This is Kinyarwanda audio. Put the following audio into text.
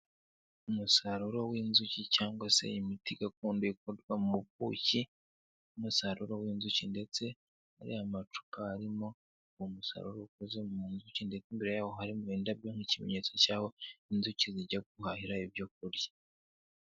Umusaruro w'inzuki cyanga se imiti gakondo ikorwa mu buki n'umusaruro w'inzuki ndetse ariya macupa arimo uwo musaruro ukoze mu nzuki ndetse imbere yawo harimo indabyo nk'ikimenyetso cy'aho inzuki zijya guhahira ibyo kurya.